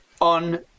on